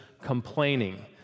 complaining